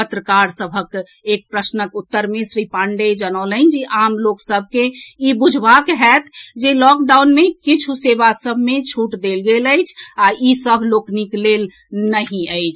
पत्रकार सभक एक प्रश्नक उत्तर मे श्री पांडेय जनौलनि जे आम लोक सभ के ई बुझबाक होएत जे लॉकडाउन मे किछु सेवा सभ मे छूट देल गेल अछि आ ई सभ लोकनिक लेल नहि अछि